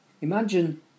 imagine